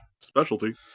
specialty